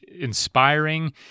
inspiring